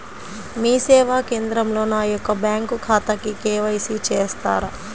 మీ సేవా కేంద్రంలో నా యొక్క బ్యాంకు ఖాతాకి కే.వై.సి చేస్తారా?